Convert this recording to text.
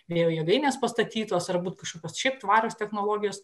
vėjo jėgainės pastatytos arba kažkokios šiaip tvarios technologijos